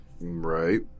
Right